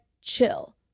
chill